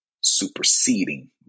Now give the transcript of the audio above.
superseding